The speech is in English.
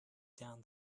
down